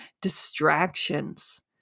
distractions